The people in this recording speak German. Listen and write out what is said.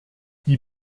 die